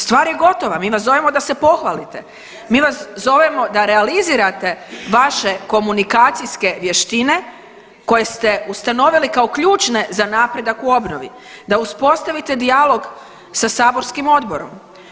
Stvar je gotova, mi vas zovemo da se pohvalite, mi vas zovemo da realizirate vaše komunikacijske vještine koje ste ustanovili kao ključne za napredak u obnovi, da uspostavite dijalog sa saborskim odborom.